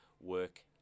work